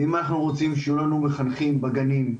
אנחנו רוצים שיהיו לנו מחנכים בגנים,